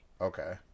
Okay